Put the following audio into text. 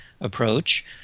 approach